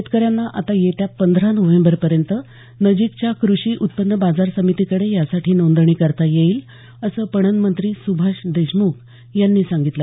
शेतकऱ्यांना आता येत्या पंधरा नोव्हेंबरपर्यंत नजिकच्या कृषी उत्पन्न बाजार समितीकडे यासाठी नोंदणी करता येईल पणनमंत्री सुभाष देशमुख यांनी ही माहिती दिली